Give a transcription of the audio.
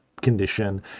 condition